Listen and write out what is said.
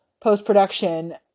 post-production